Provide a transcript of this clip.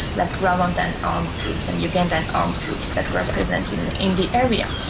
like rwandan armed groups and ugandan armed groups that were present in in the area.